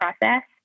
process